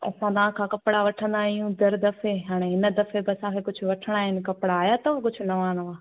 असां तव्हांखां कपिड़ा वठंदा आहियूं दर दफ़े हाणे हिन दफ़ा कुझु वठिणा आहिनि कपिड़ा आया अथव कुझु नवा नवा